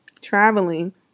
traveling